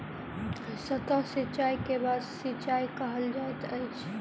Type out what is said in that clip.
सतह सिचाई के बाढ़ सिचाई कहल जाइत अछि